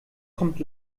kommt